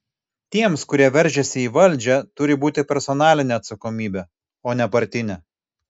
tiems kurie veržiasi į valdžią turi būti personalinė atsakomybė o ne partinė